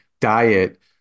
diet